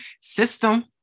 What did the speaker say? system